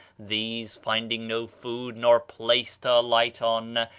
these, finding no food nor place to alight on,